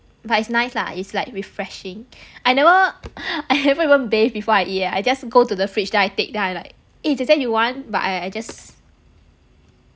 but it's nice lah it's like refreshing I never I haven't even bathe before I eat eh I just go to the fridge then I take then I like eh 姐姐 you want but I I just